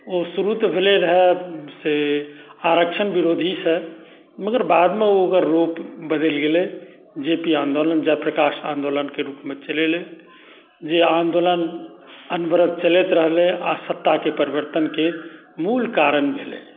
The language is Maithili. ओ शुरु तऽ भेलै रहै से आरक्षण विरोधीसँ मगर बादमे ओकर रुप बदलि गेलै जे पी आन्दोलन जयप्रकाश आन्दोलनके रूपमे चलि अयलै जे आन्दोलन अनवरत चलैत रहलै आ सत्ताके परिवर्तनके मुल कारण भेलै